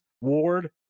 ward